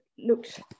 Looked